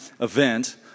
event